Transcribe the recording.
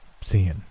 seeing